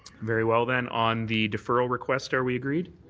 very well then, on the deferral request are we agreed?